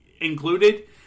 included